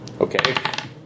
okay